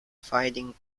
fighting